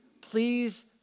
please